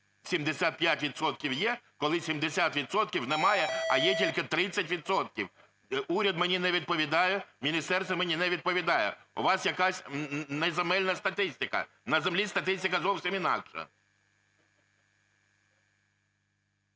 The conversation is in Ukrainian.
70 відсотків немає, а є тільки 30 відсотків. Уряд мені не відповідає, міністерство мені не відповідає. У вас якась неземельна статистика, на землі статистика зовсім інакша.